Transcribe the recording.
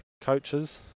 coaches